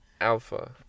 Alpha